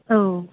औ